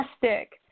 fantastic